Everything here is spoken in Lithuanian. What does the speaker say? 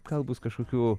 gal bus kažkokių